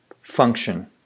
function